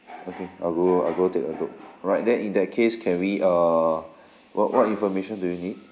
okay I'll go I'll go take a look alright then in that case can we err what what information do you need